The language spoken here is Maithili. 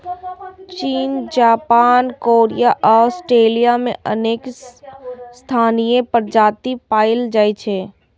चीन, जापान, कोरिया आ ऑस्ट्रेलिया मे अनेक स्थानीय प्रजाति पाएल जाइ छै